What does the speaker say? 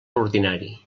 ordinari